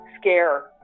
scare